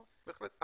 בהחלט.